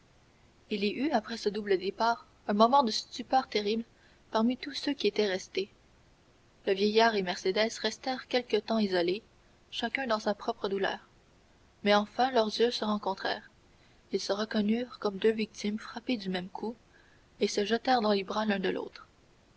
il y eut après ce double départ un moment de stupeur terrible parmi tous ceux qui étaient restés le vieillard et mercédès restèrent quelque temps isolés chacun dans sa propre douleur mais enfin leurs yeux se rencontrèrent ils se reconnurent comme deux victimes frappées du même coup et se jetèrent dans les bras l'un de l'autre